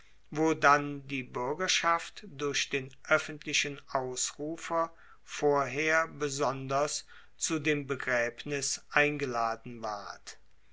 wo dann die buergerschaft durch den oeffentlichen ausrufer vorher besonders zu dem begraebnis eingeladen ward